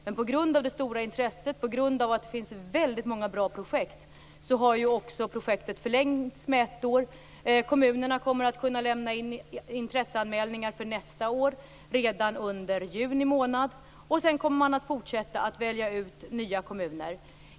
Men på grund av det stora intresset och på grund av att det finns många bra projekt har projektet förlängts med ett år. Kommunerna kommer att kunna lämna in intresseanmälningar för nästa år redan under juni månad. Man kommer sedan att fortsätta att välja ut nya kommuner.